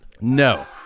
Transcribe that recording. No